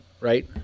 right